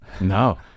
No